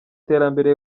terambere